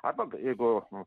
arba jeigu